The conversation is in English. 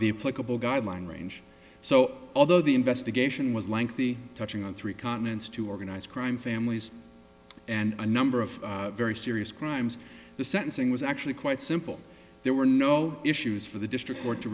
the guideline range so although the investigation was lengthy touching on three continents two organized crime families and a number of very serious crimes the sentencing was actually quite simple there were no issues for the district court to